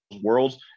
worlds